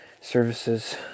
services